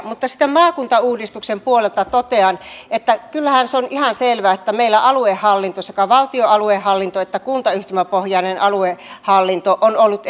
mutta sitten maakuntauudistuksen puolelta totean että kyllähän se on ihan selvää että meillä aluehallinto sekä valtion aluehallinto että kuntayhtymäpohjainen aluehallinto on ollut